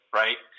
right